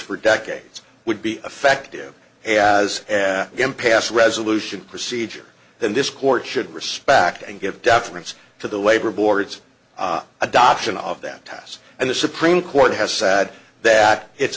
for decades would be effective as an impasse resolution procedure then this court should respect and give deference to the labor board's adoption of that task and the supreme court has said that it's